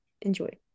enjoy